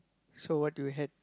so what do we had